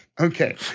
okay